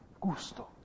gusto